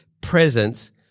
presence